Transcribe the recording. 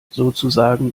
sozusagen